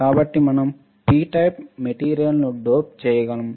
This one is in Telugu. కాబట్టి మనం P టైప్ మెటీరియల్ను డోప్ చేయగలము